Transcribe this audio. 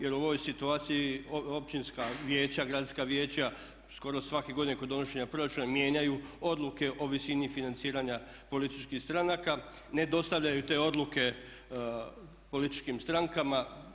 Jer u ovoj situaciji općinska vijeća, gradska vijeća skoro svake godine kod donošenja proračuna mijenjaju odluke o visini financiranja političkih stranaka, ne dostavljaju te odluke političkim strankama.